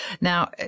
now